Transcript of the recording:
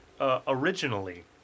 originally